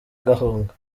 gahunga